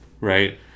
right